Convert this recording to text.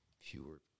fewer